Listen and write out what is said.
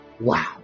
wow